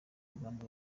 rugamba